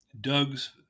Doug's